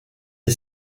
est